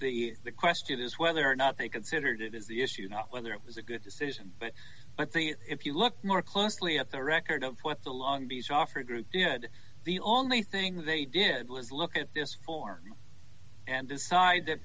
that the question is whether or not they considered it is the issue not whether it was a good decision but i think if you look more closely at the record of what the long beach offered group did the only thing they did was look at this form and decide that